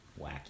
wacky